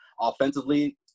offensively